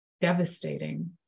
devastating